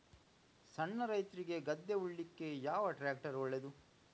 ಸಣ್ಣ ರೈತ್ರಿಗೆ ಗದ್ದೆ ಉಳ್ಳಿಕೆ ಯಾವ ಟ್ರ್ಯಾಕ್ಟರ್ ಒಳ್ಳೆದು?